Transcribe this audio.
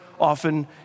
often